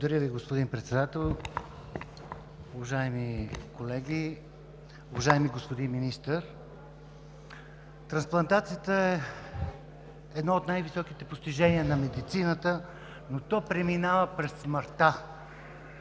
Благодаря Ви, господин Председател. Уважаеми колеги, уважаеми господин Министър! Трансплантацията е едно от най-високите постижения на медицината, но то преминава през смъртта